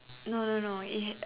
no no no it